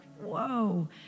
whoa